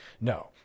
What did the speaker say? No